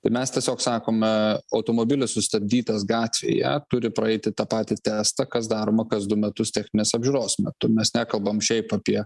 tai mes tiesiog sakome automobilis sustabdytas gatvėje turi praeiti tą patį testą kas daroma kas du metus techninės apžiūros metu mes nekalbam šiaip apie